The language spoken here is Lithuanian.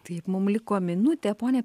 taip mum liko minutė ponia